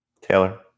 Taylor